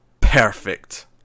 perfect